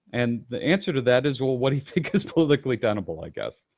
and the answer to that is, well, what do you think is politically tenable, i guess.